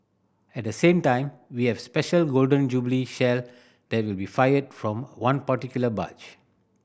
at the same time we have special Golden Jubilee Shell that will be fired from one particular barge